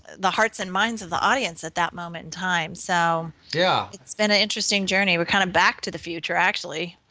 the hearts and mind of the audience at that moment in time. so yeah it's been an ah interesting journey, we're kind of back to the future actually.